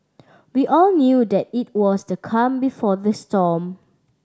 we all knew that it was the calm before the storm